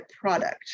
product